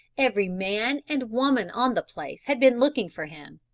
every man and woman on the place had been looking for him,